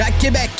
Québec